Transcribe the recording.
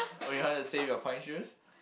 or you want to save your point shoes